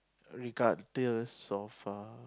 regardless of a